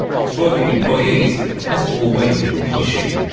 exploiting employees has always been an issue,